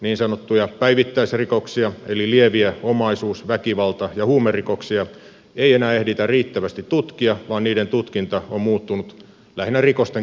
niin sanottuja päivittäisrikoksia eli lieviä omaisuus väkivalta ja huumerikoksia ei enää ehditä riittävästi tutkia vaan niiden tutkinta on muuttunut lähinnä rikosten kirjaamiseksi